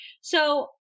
so-